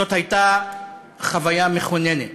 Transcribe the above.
זאת הייתה חוויה מכוננת.